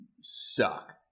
suck